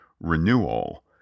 renewal